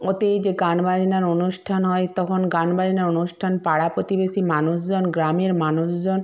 ওতে যে গান বাজনার অনুষ্ঠান হয় তখন গান বাজনার অনুষ্ঠান পাড়ার প্রতিবেশি মানুষজন গ্রামের মানুষজন